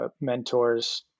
mentors